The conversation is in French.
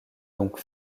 donc